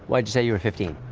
why'd you say you're fifteen?